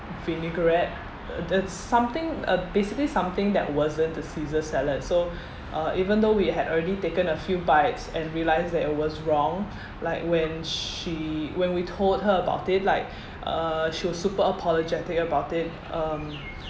vinaigrette the it's something uh basically something that wasn't the caesar salad so uh even though we had already taken a few bites and realised that it was wrong like when she when we told her about it like uh she was super apologetic about it um